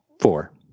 Four